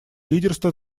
лидерство